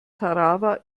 tarawa